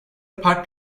park